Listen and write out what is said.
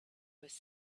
was